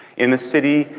in the city,